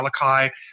Malachi